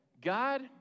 God